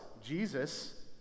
Jesus